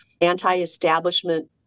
anti-establishment